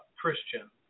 christian